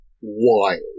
wild